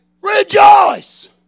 Rejoice